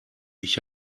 ich